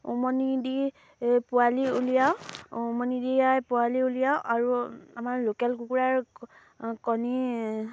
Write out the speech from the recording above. উমনি দি পোৱালি উলিয়াওঁ উমনি দিয়াই পোৱালি উলিয়াওঁ আৰু আমাৰ লোকেল কুকুৰাৰ কণী